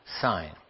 Sign